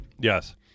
Yes